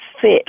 fit